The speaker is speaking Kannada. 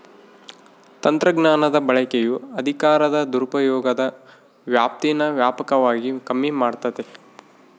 ತಂತ್ರಜ್ಞಾನದ ಬಳಕೆಯು ಅಧಿಕಾರದ ದುರುಪಯೋಗದ ವ್ಯಾಪ್ತೀನಾ ವ್ಯಾಪಕವಾಗಿ ಕಮ್ಮಿ ಮಾಡ್ತತೆ